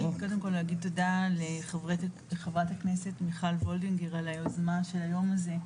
קודם כל להגיד תודה לחברת הכנסת מיכל וולדיגר על היוזמה של היום הזה.